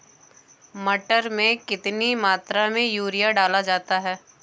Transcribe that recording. मटर में कितनी मात्रा में यूरिया डाला जाता है?